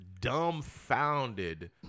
dumbfounded